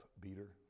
beater